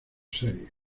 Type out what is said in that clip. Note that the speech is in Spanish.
series